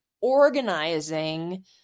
organizing